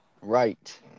Right